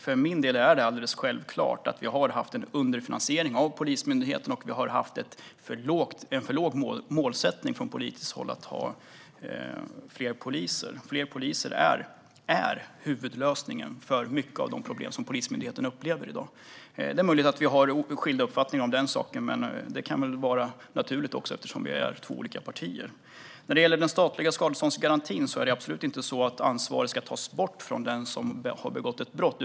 För mig är det alldeles självklart att vi har haft en underfinansiering av Polismyndigheten och en för låg målsättning från politiskt håll att ha fler poliser. Fler poliser är huvudlösningen på många av de problem som Polismyndigheten upplever i dag. Det är möjligt att vi har skilda uppfattningar om den saken, men det kan väl vara naturligt eftersom vi tillhör två olika partier. När det gäller den statliga skadeståndsgarantin är det absolut inte så att ansvaret ska tas bort från den som har begått ett brott.